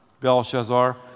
Belshazzar